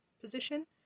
position